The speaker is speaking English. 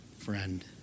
friend